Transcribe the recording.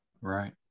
right